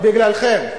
בגללכם.